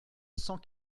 cent